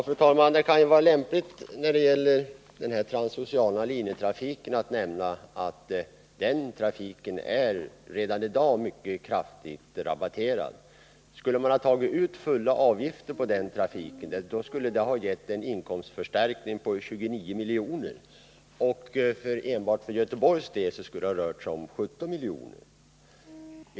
Fru talman! Beträffande den transoceana linjetrafiken vill jag säga att det kunde vara lämpligt att nämna att den trafiken redan i dag är mycket kraftigt rabatterad. Hade man tagit ut fulla avgifter när det gäller den trafiken, hade det givit en inkomstförstärkning på 29 milj.kr. Enbart för Göteborg skulle det ha rört sig om 17 milj.kr.